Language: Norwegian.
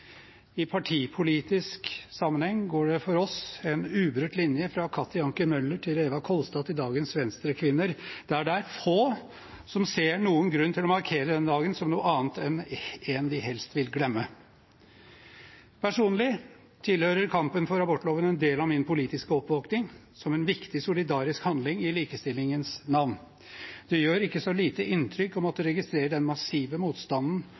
I partipolitisk sammenheng går det for oss en ubrutt linje fra Katti Anker Møller til Eva Kolstad til dagens venstrekvinner, der det er få som ser noen grunn til å markere denne dagen som noe annet enn en de helst vil glemme. Personlig tilhører kampen for abortloven en del av min politiske oppvåkning, som en viktig solidarisk handling i likestillingens navn. Det gjør ikke så lite inntrykk å måtte registrere den massive motstanden